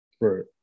right